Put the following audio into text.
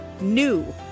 NEW